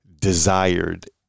desired